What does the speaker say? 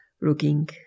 looking